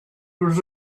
was